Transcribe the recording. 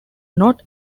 not